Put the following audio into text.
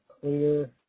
clear